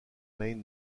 main